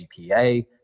GPA